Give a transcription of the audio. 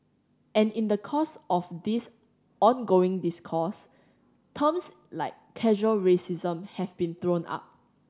and in the course of this ongoing discourse terms like casual racism have been thrown up